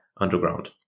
underground